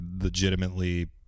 legitimately